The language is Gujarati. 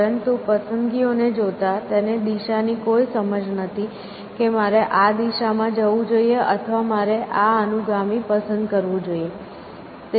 પરંતુ પસંદગીઓને જોતા તેને દિશા ની કોઈ સમજ નથી કે મારે આ દિશામાં જવું જોઈએ અથવા મારે આ અનુગામી પસંદ કરવું જોઈએ